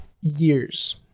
years